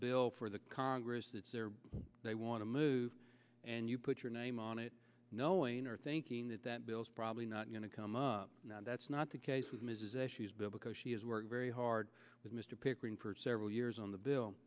bill for the congress that they want to move and you put your name on it knowing or thinking that that bill's probably not going to come up that's not the case with ms issues because she has worked very hard with mr pickering for several years on the bill